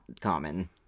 common